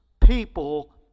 people